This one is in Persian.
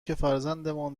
فرزندانمان